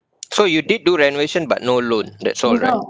so you did do renovation but no loan that's all right